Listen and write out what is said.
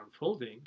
unfolding